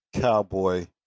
cowboy